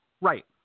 Right